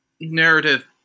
narrative